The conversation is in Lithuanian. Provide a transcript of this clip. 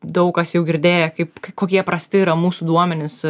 daug kas jau girdėję kaip kokie prasti yra mūsų duomenys